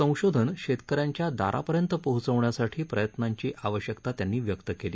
संशोधन शेतक यांच्या दारापर्यंत पोहोचण्यासाठी प्रयत्नांची आवश्यकता त्यांनी व्यक्त केली